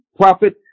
prophet